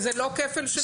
וזה לא כפל של ביטוח.